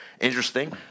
interesting